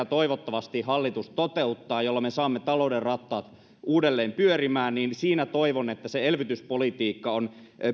toivottavasti hallitus toteuttaa jolloin me saamme talouden rattaat uudelleen pyörimään niin siinä toivon että siinä elvytyspolitiikassa